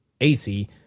AC